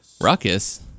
Ruckus